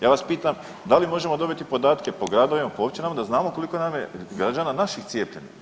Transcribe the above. Ja vas pitam da li možemo dobiti podatke po gradovima, po općinama, da znamo koliko nam je građana naših cijepljeno.